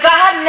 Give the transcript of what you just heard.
God